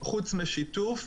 חוץ משיתוף?